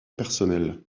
personnel